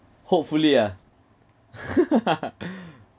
hopefully ah